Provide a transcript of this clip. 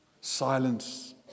Silence